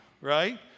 right